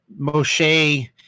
moshe